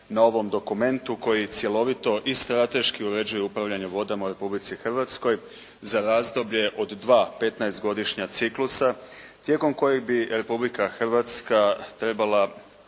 na ovom dokumentu koji cjelovito i strateški uređuje upravljanje vodama u Republici Hrvatskoj za razdoblje od dva 15-godišnja ciklusa, tijekom kojeg bi Republika Hrvatska trebala